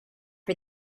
for